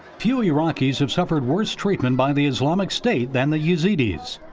few iraqis have suffered worst treatment by the islamic state than the yazidis.